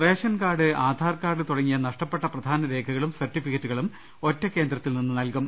ration card Aadhaar card തുടങ്ങിയ നഷ്ടപ്പെട്ട പ്രധാന രേഖ കളും സർടിഫിക്കറ്റുകളും ഒറ്റകേന്ദ്രത്തിൽ നിന്ന് നൽകും